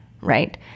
right